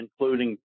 including